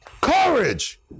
Courage